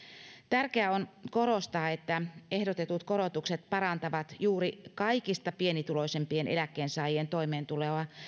tärkeää on korostaa että ehdotetut korotukset parantavat juuri kaikista pienituloisimpien eläkkeensaajien toimeentuloa